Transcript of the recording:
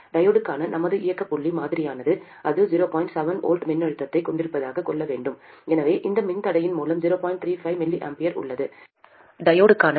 டையோடுக்கான நமது இயக்கப் புள்ளி மாதிரியானது அது 0